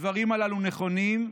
הדברים נכונים,